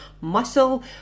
muscle